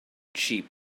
cheap